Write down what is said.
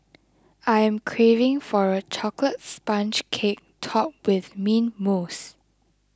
I am craving for a Chocolate Sponge Cake Topped with Mint Mousse